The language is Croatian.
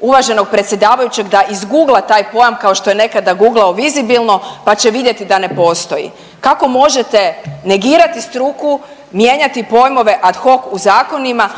uvaženog predsjedavajućeg da izgugla taj pojam kao što je nekada guglao vizibilno, pa će vidjeti da ne postoji. Kako možete negirati struku, mijenjati pojmove ad hoc u zakonima…/Upadica predsjednik: